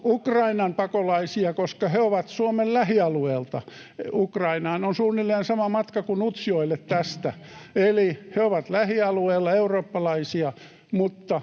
Ukrainan pakolaisia, koska he ovat Suomen lähialueelta. Ukrainaan on suunnilleen sama matka kuin Utsjoelle tästä, eli he ovat lähialueella, eurooppalaisia, mutta